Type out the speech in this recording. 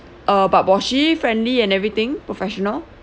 uh but was she friendly and everything professional